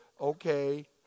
Okay